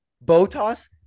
Botas